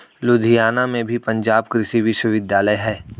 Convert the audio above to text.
लुधियाना में भी पंजाब कृषि विश्वविद्यालय है